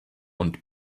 und